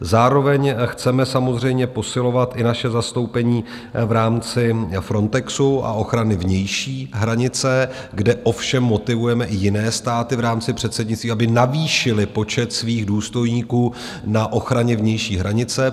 Zároveň chceme samozřejmě posilovat i naše zastoupení v rámci Frontexu a ochrany vnější hranice, kde ovšem motivujeme i jiné státy v rámci předsednictví, aby navýšily počet svých důstojníků na ochraně vnější hranice.